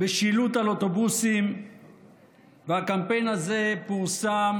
בשילוט על אוטובוסים והקמפיין הזה פורסם